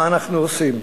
מה אנחנו עושים,